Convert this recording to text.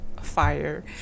fire